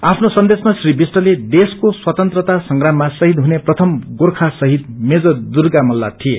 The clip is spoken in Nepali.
आफ्नो सन्देशमा श्री विष्टले देशको स्वर्तता संप्राममा शहिद हुने प्रथम गोर्खा शहिद मेजर दुर्गामल्त थिए